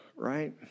right